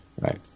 right